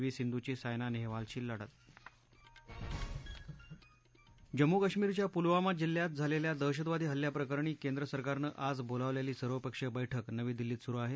V सिंधुची सायना नेहवालशी लढत जम्मू काश्मीरच्या पुलवामा जिल्ह्यात झालेल्या दहशतवादी हल्ल्याप्रकरणी केंद्र सरकारनं आज बोलावलेली सर्वपक्षीय बैठक नवी दिल्लीत सुरू आहे